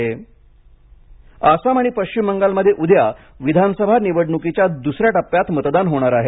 विधानसभा निवडणक आसाम आणि पश्चिम बंगालमध्ये उद्या विधानसभा निवडणुकीच्या दुसऱ्या टप्प्यात मतदान होणार आहे